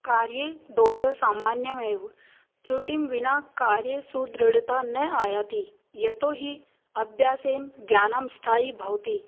कार्ये दोषः सामान्यमेव त्रुटिं विना कार्ये सुदृढता न आयाति यतोऽहि अभ्यासेन ज्ञानं स्थायि भवति